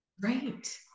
Right